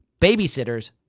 babysitters